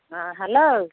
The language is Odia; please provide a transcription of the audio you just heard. ହଁ ହ୍ୟାଲୋ